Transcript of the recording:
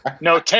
No